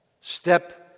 Step